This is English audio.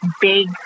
big